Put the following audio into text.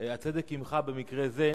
הצדק עמך במקרה זה,